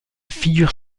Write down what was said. figure